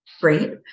Great